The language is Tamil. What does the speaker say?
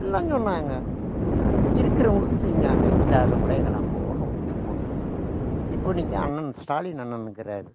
எல்லாம் சொன்னாங்க இருக்குறவங்களுக்கு செஞ்சாங்க இல்லாதவங்க கூட எங்களை அம்போன்னு விட்டுட்டு பூட்டாங்க இப்போ இன்னைக்கு அண்ணன் ஸ்டாலின் அண்ணன் இருக்கிறாரு